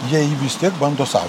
jie jį vis tiek bando sau